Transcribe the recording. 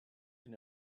can